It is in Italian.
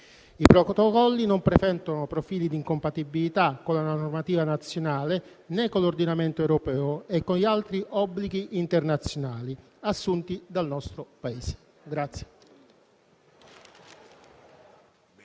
I protocolli non presentano profili di incompatibilità con la normativa nazionale, né con l'ordinamento europeo e con gli altri obblighi internazionali assunti dal nostro Paese.